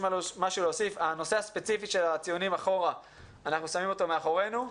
אנחנו שמים את הנושא מאחורינו.